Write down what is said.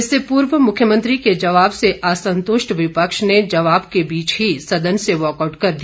इससे पूर्व मुख्यमंत्री के जवाब से असंतुष्ट विपक्ष ने जवाब के बीच ही सदन से वाकआउट कर दिया